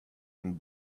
and